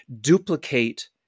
duplicate